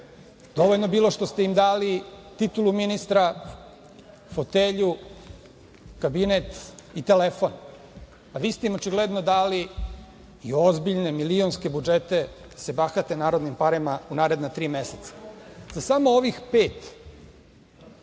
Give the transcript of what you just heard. dovoljno bilo što ste im dali titulu ministra, fotelju, kabinet i telefon. Vi ste im očigledno dali ozbiljne, milionske budžete da se bahate narodnim parama u naredna tri meseca. Za samo ovih pet